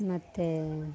ಮತ್ತು